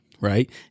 Right